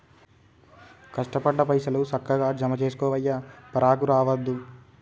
కష్టపడ్డ పైసలు, సక్కగ జమజేసుకోవయ్యా, పరాకు రావద్దు